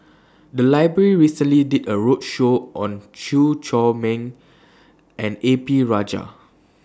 The Library recently did A roadshow on Chew Chor Meng and A P Rajah